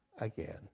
again